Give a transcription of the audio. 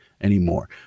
anymore